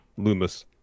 loomis